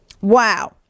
Wow